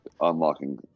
unlocking